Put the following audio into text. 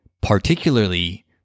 Particularly